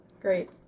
great